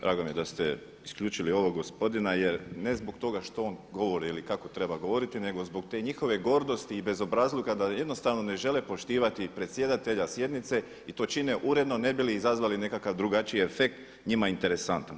Drago mi je da ste isključili ovog gospodina jer, ne zbog toga što on govori ili kako treba govoriti nego zbog te njihove gordosti i bezobrazluka da jednostavno ne žele poštivati predsjedatelja sjednice i to čine uredno ne bi li izazvali nekakav drugačiji efekt, njima interesantan.